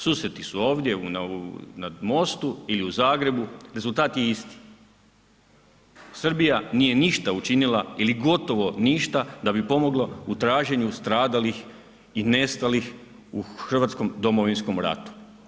Susreti su ovdje na mostu ili u Zagrebu, rezultat je isti, Srbija nije ništa učinila ili gotovo ništa da bi pomogla u traženju stradalih i nestalih u Hrvatskom domovinskom ratu.